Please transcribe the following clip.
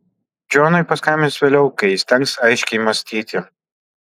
džonui paskambins vėliau kai įstengs aiškiai mąstyti